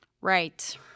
Right